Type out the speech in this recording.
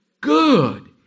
good